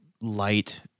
light